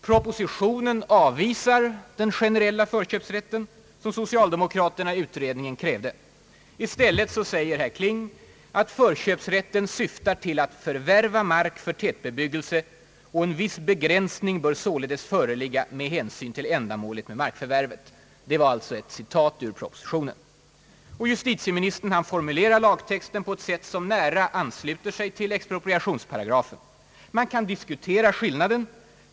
Propositionen avvisar den generella förköpsrätt som socialdemokraterna i utredningen krävde. I stället säger herr Kling i propositionen att förköpsrätten syftar till att »förvärva mark för tätbebyggelse, och en viss begränsning bör således föreligga med hänsyn till ändamålet med markförvärvet». sån ; Justitieministern formulerar lagtexten på ett sätt som nära ansluter sig till expropriationsparagrafen. Man kan diskutera den skillnaden.